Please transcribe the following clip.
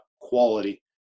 quality